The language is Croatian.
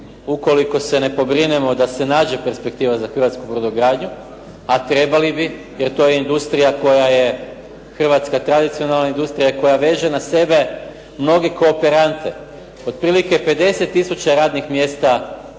ukoliko se ne pobrinemo da se nađe perspektiva za hrvatsku brodogradnju, a trebali bi, jer to je industrija koja je hrvatska tradicionalna industrija i koja veže na sebe mnoge kooperante. Otprilike 50000 radnih mjesta je